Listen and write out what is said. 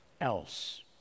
else